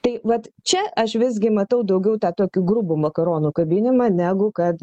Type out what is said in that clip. tai vat čia aš visgi matau daugiau tą tokį grubų makaronų kabinimą negu kad